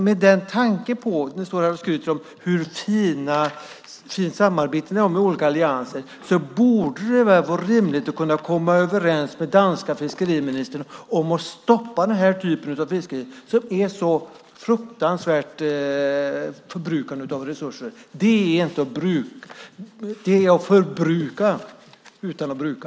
Med tanke på hur fint samarbete ni har med olika allianser borde det vara rimligt att kunna komma överens med den danska fiskeriministern om att stoppa den här typen av fiske som är ett sådant fruktansvärt förbrukande av resurser. Det är inte att bruka, utan det är att förbruka.